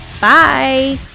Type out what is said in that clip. Bye